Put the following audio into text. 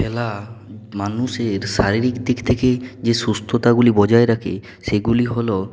খেলা মানুষের শারীরিক দিক থেকেই যে সুস্থতাগুলি বজায় রাখে সেগুলি হল